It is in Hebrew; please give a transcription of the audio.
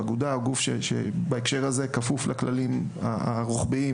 אגודה או גוף שכפוף לכללים הרוחביים,